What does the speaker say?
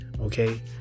okay